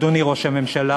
אדוני ראש הממשלה,